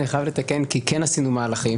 אני חייב לתקן כי כן עשינו מהלכים,